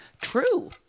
True